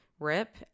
Rip